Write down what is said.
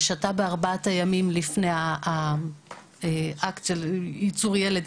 ששתה בארבעת הימים לפני האקט של ייצור ילד,